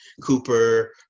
Cooper